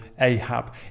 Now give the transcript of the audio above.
Ahab